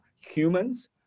humans